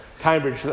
Cambridge